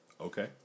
Okay